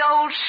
old